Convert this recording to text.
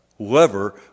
Whoever